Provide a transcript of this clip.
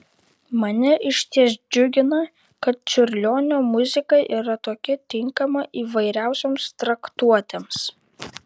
mane išties džiugina kad čiurlionio muzika yra tokia tinkama įvairiausioms traktuotėms